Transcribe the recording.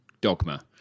dogma